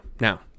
Now